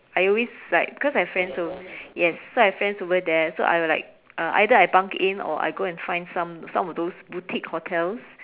I always like cause I have friends over yes so I have friends over there so I will like uh either I bunk it in or I go and find some some of those boutique hotels